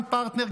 גם לפרטנר,